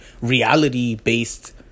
reality-based